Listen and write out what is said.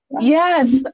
Yes